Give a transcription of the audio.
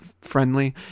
friendly